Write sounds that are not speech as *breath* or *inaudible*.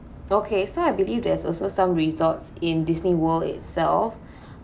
okay so I believe there's also some resorts in Disneyworld itself *breath*